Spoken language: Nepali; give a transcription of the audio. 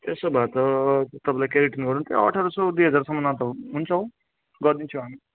त्यसो भए त तपाईँलाई केरेटिन गर्नु नि त्यही अठार सय दुई हजारसम्ममा त हुन्छ हौ गरिदिन्छौँ हामी